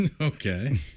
okay